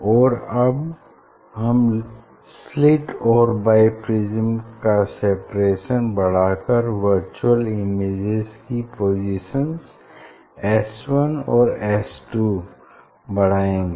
और अब हम स्लिट और बाईप्रिज्म का सेपरेशन बढ़ाकार वर्चुअल इमेजेज की पोसिशन्स s 1 और s 2 बढ़ाएंगे